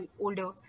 older